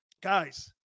Guys